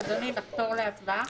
אדוני, נחתור להצבעה?